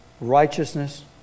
Righteousness